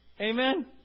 Amen